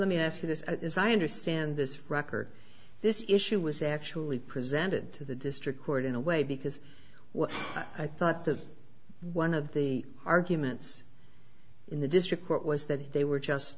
let me ask you this is i understand this record this issue was actually presented to the district court in a way because what i thought the one of the arguments in the district court was that they were just